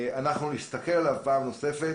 אנחנו נסתכל עליו פעם נוספת